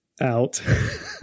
out